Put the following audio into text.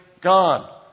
God